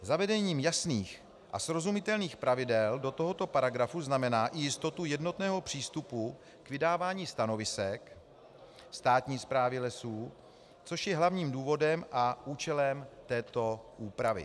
Zavedení jasných a srozumitelných pravidel do tohoto paragrafu znamená i jistotu jednotného přístupu k vydávání stanovisek státní správy lesů, což je hlavním důvodem a účelem této úpravy.